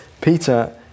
Peter